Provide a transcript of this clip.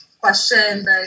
question